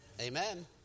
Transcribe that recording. Amen